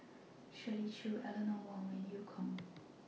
Shirley Chew Eleanor Wong and EU Kong